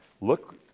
Look